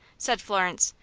said florence,